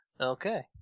Okay